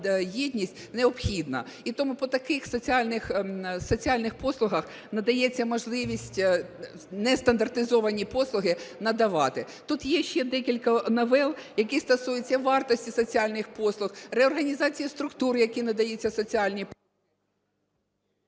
необхідна. І тому по таких соціальних послугах надається можливість нестандартизовані послуги надавати. Тут є ще декілька новел, які стосуються вартості соціальних послуг, реорганізації структур, які надають ці соціальні послуги…